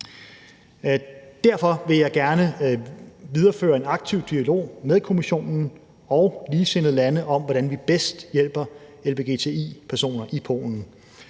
Derfor vil jeg gerne videreføre en aktiv dialog med Kommissionen og ligesindede lande om, hvordan vi bedst hjælper lgbti-personer i Polen.